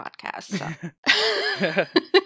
podcast